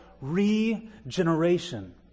regeneration